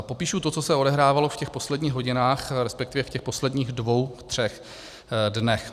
Popíšu to, co se odehrávalo v těch posledních hodinách resp. v těch posledních dvou třech dnech.